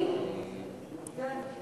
יוני.